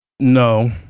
No